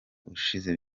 ushize